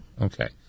Okay